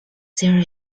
there